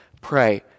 Pray